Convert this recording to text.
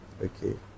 Okay